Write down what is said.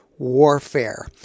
warfare